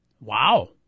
Wow